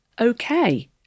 okay